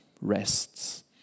rests